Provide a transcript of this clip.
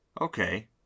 okay